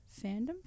Fandom